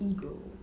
ego